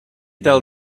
tal